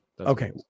Okay